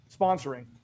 sponsoring